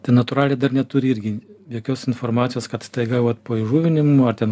tai natūraliai dar neturi irgi jokios informacijos kad staiga vat po įžuvinimų ar ten